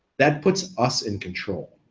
that puts us in control.